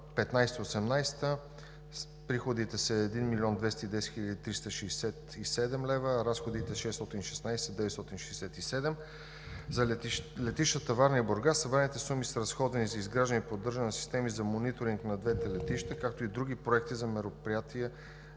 2018 г. приходите са 1 млн. 210 хил. 367 лв., а разходите – 616 хил. 967 лв. За летищата Варна и Бургас събраните суми са разходени за изграждане и поддържане на системи за мониторинг на двете летища, както и за други проекти за мероприятия